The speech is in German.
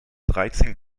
dreizehn